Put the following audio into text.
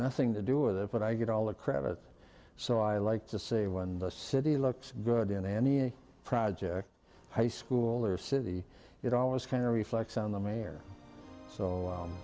nothing to do with it but i get all the credit so i like to say when the city looks good in any project high school or city it always found reflects on the mayor so